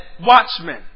watchmen